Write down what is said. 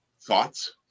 thoughts